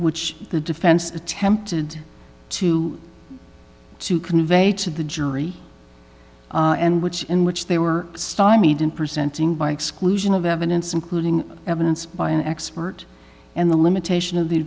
which the defense attempted to to convey to the jury and which in which they were stymied in presenting by exclusion of evidence including evidence by an expert and the limitation of the